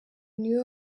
niwe